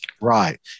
Right